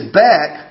back